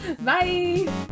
Bye